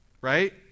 right